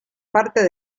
parte